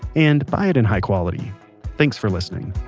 and buy it in high quality thanks for listening